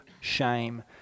shame